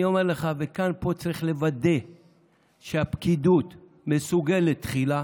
וכאן צריך לוודא שהפקידות מסוגלת תחילה